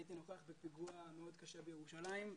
הייתי נוכח בפיגוע מאוד קשה בירושלים.